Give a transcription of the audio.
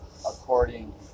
according